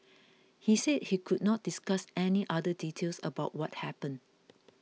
he said he could not discuss any other details about what happened